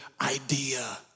idea